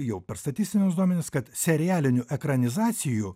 jau per statistinius duomenis kad serialinių ekranizacijų